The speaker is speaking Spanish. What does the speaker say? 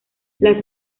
las